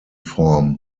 form